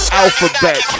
alphabet